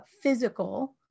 physical